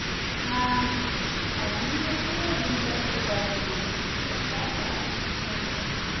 ᱡᱤᱞ ᱦᱟᱹᱠᱩ ᱫᱚ ᱫᱤᱱ ᱫᱚ ᱮᱱᱛᱮᱫ ᱫᱤᱱ ᱦᱤᱞᱳᱜ ᱫᱚ ᱚᱠᱟᱨᱮᱢ ᱧᱟᱢᱟ ᱟᱫᱚ ᱮᱴᱟᱜ ᱮᱴᱟᱜ ᱡᱤᱱᱤᱥ ᱦᱚᱸ ᱦᱮᱱᱟᱜᱼᱟ